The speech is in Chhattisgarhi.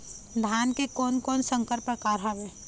धान के कोन कोन संकर परकार हावे?